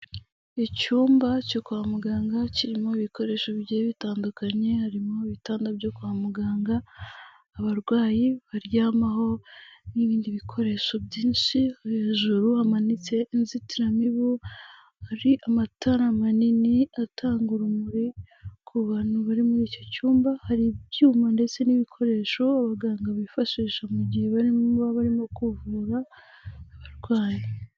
Icyumba cyo kwa muganga kirimo ibikoresho bigiye bitandukanye, harimo ibitanda byo kwa muganga abarwayi baryamaho, n'ibindi bikoresho byinshi, hejuru hamanitse inzitiramibu, hari amatara manini atanga urumuri ku bantu bari muri icyo cyumba, hari ibyuma ndetse n'ibikoresho abaganga bifashisha mu gihe abarimo baba barimo kuvura abarwayi.